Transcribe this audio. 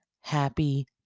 happy